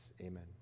Amen